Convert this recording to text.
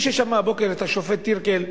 מי ששמע הבוקר את השופט טירקל,